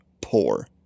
poor